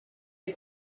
est